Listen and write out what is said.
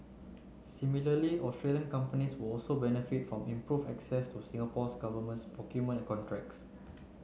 similarly Australian companies will also benefit from improved access to Singapore's governments procurement contracts